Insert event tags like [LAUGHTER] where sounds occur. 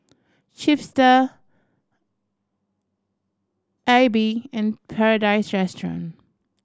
Chipster Aibi and Paradise [UNINTELLIGIBLE]